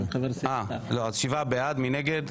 מי נגד,